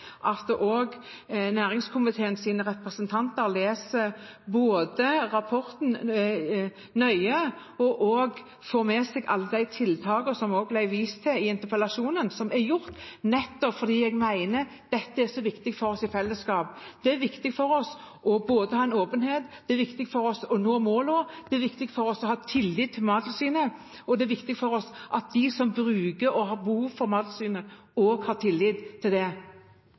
at også næringskomiteens representanter både leser rapporten nøye og får med seg alle de tiltakene – som det også ble vist til i interpellasjonen – som er gjort nettopp fordi jeg mener at dette er så viktig for oss som fellesskap. Det er viktig for oss å ha åpenhet, det er viktig for oss å nå målene, det er viktig for oss å ha tillit til Mattilsynet, og det er viktig for oss at de som bruker og har behov for Mattilsynet, også har tillit til